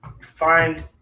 find